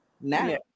now